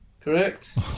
Correct